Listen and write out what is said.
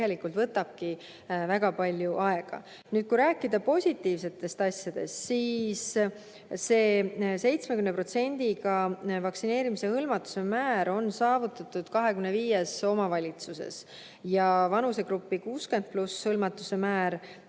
võtabki väga palju aega. Nüüd, kui rääkida positiivsetest asjadest, siis vaktsineerimisega hõlmatuse määr 70% on saavutatud 25 omavalitsuses, vanusegrupi 60+ hõlmatuse määr